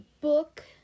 book